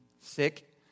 sick